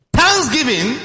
thanksgiving